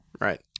Right